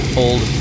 old